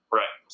right